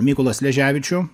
mykolą sleževičių